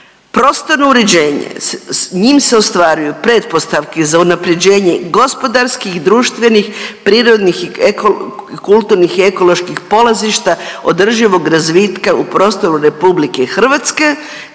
Prostorno uređenje, njim se ostvaruju pretpostavke za unaprjeđenje gospodarskih, društvenih, prirodnih, kulturnih i ekoloških polazišta održivog razvitka u prostoru RH,